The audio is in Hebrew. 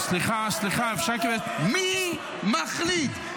--- סליחה, סליחה, אפשר --- מי מחליט?